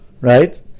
right